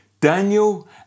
Daniel